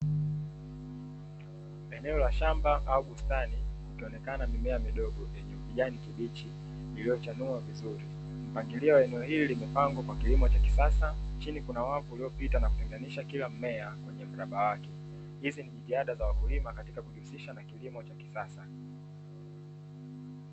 Eneo la shamba au bustani ikionekana mimea midogo yenye ukijani kibichi iliyochanua vizuri. Mpangilio wa eneo hili limepangwa kwa kilimo cha kisasa chini kuna wavu uliopita na kutenganisha kila mmea kwenye mraba wake. Izi nijitihada za wakulima katika kujihusisha na kilimo cha kisasa.